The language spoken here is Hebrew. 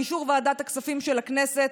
באישור ועדת הכספים של הכנסת,